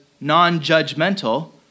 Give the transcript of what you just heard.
non-judgmental